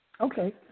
Okay